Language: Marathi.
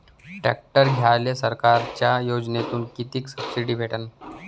ट्रॅक्टर घ्यायले सरकारच्या योजनेतून किती सबसिडी भेटन?